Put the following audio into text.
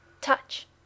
Touch